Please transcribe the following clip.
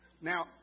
Now